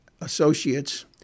associates